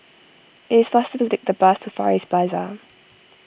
it is faster to take the bus to Far East Plaza